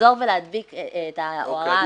לגזור ולהדביק את ההוראה הזאת --- אוקיי,